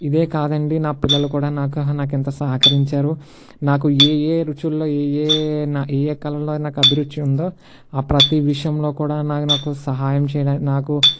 ఇదే కాదు అండి నా పిల్లలు కూడా నాకు నాకు ఎంతో సహకరించారు నాకు ఏయే రుచుల్లో ఏయే నా ఏయే కళల్లో అభిరుచి ఉందో ఆ ప్రతి విషయంలో కూడా నే నాకు సహాయం చేయడానికి నాకు